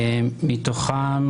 מתוכם